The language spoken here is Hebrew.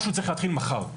משהו צריך להתחיל מחר.